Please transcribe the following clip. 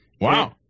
Wow